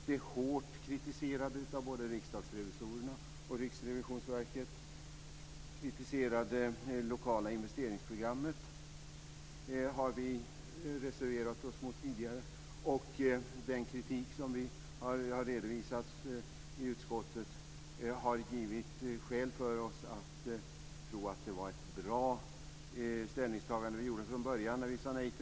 Det hårt kritiserade, av både Riksdagens revisorer och Riksrevisionsverket, lokala investeringsprogrammet har vi reserverat oss mot tidigare. Den kritik som har redovisats i utskottet har givit skäl för oss att tro att det var ett bra ställningstagande vi gjorde från början när vi sade nej.